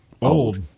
Old